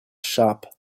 shop